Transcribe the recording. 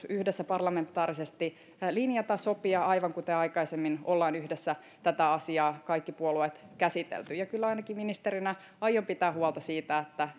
yhdessä parlamentaarisesti linjata sopia aivan kuten aikaisemmin olemme yhdessä tätä asiaa kaikki puolueet käsitelleet ja kyllä ainakin ministerinä aion pitää huolta siitä että